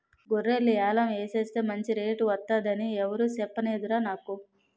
గొర్రెల్ని యాలం ఎసేస్తే మంచి రేటు వొత్తదని ఎవురూ సెప్పనేదురా నాకు